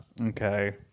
Okay